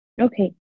Okay